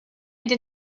did